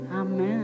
Amen